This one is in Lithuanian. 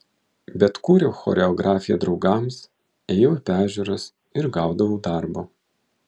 bet kūriau choreografiją draugams ėjau į peržiūras ir gaudavau darbo